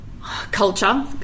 culture